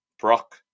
Brock